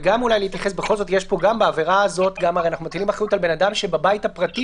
וגם בעבירה הזו אנחנו מטילים אחריות על בן אדם שבבית הפרטי